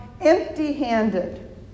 empty-handed